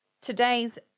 Today's